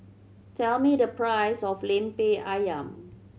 tell me the price of Lemper Ayam